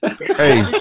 Hey